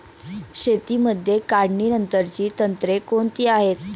शेतीमध्ये काढणीनंतरची तंत्रे कोणती आहेत?